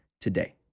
today